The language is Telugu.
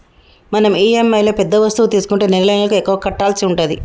మనం ఇఎమ్ఐలో పెద్ద వస్తువు తీసుకుంటే నెలనెలకు ఎక్కువ కట్టాల్సి ఉంటది